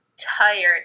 Tired